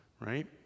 right